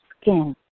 skin